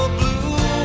blue